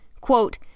Quote